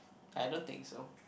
I don't think so